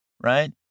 right